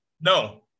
No